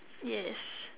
yes